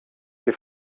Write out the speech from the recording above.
che